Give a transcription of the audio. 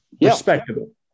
respectable